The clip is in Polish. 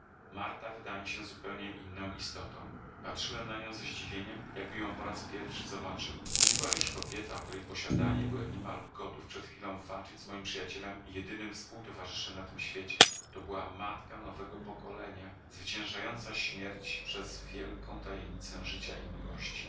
marta wydała mi się zupełnie inną istotą patrzyłem na nią ze zdziwieniem jakbym ją po raz pierwszy zobaczył to nie była już kobieta o której posiadanie byłem niemal gotów przed chwilą walczyć z moim przyjacielem i jedynym współtowarzyszem na tym świecie to była matka nowego pokolenia zwyciężająca śmierć przez wielką tajemnicę życia i miłości